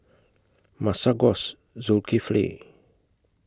Masagos Zulkifli